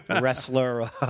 wrestler